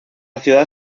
ciudad